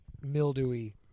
mildewy